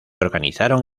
organizaron